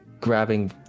grabbing